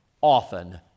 often